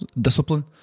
discipline